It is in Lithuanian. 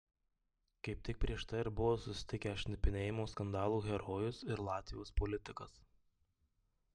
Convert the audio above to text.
kaip tik prieš tai ir buvo susitikę šnipinėjimo skandalų herojus ir latvijos politikas